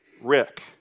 Rick